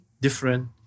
different